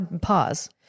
pause